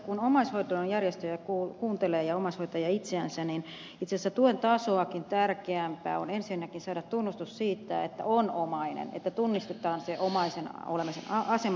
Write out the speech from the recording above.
kun omaishoitajien järjestöjä kuuntelee ja omaishoitajia itseänsä niin itse asiassa tuen tasoakin tärkeämpää on ensinnäkin saada tunnustus siitä että on omainen että tunnistetaan se omaisena olemisen asema